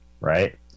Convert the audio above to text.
right